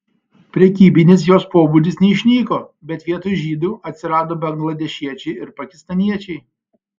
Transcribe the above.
prekybinis jos pobūdis neišnyko bet vietoj žydų atsirado bangladešiečiai ir pakistaniečiai